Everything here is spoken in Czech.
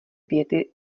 věty